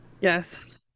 Yes